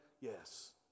Yes